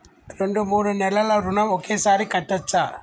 రెండు మూడు నెలల ఋణం ఒకేసారి కట్టచ్చా?